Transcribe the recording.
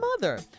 mother